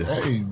Hey